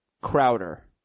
Crowder